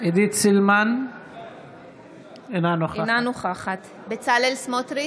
אינה נוכחת בצלאל סמוטריץ'